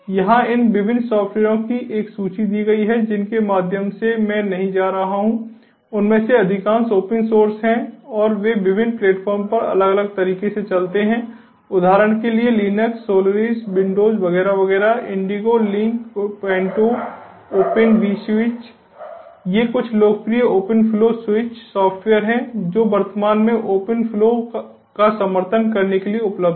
यहाँ इन विभिन्न सॉफ़्टवेयरों की एक सूची दी गई है जिनके माध्यम से मैं नहीं जा रहा हूँ उनमें से अधिकांश ओपन सोर्स हैं और वे विभिन्न प्लेटफार्मों पर अलग अलग तरीके से चलते हैं उदाहरण के लिए linux solaris windows वगैरह वगैरह Indigo Linc Pantou open vSwitch ये कुछ लोकप्रिय ओपन फ्लो स्विच सॉफ़्टवेयर हैं जो वर्तमान में ओपन फ्लो का समर्थन करने के लिए उपलब्ध हैं